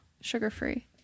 sugar-free